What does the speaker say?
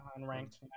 unranked